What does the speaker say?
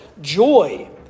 joy